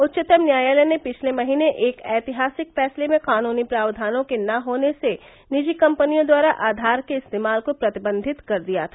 उच्चतम न्यायालय ने पिछले महीने एक ऐतिहासिक फैसले में कानूनी प्रावधानों के न होनेसे निजी कंपनियों द्वारा आधार के इस्तेमाल को प्रतिबंधित कर दिया था